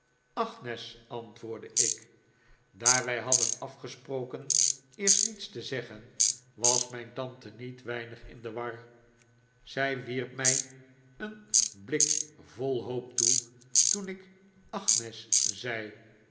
agnes antwoordde ik daar wij hadden afgesproken eerst niets te zeggen was mijn tante niet weinig in de war zij wierp mij een blik vol hoop toe toen ik agnes zei